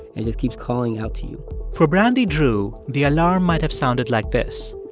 and it just keeps calling out to you for brandy drew, the alarm might have sounded like this.